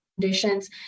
conditions